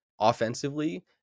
offensively